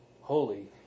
holy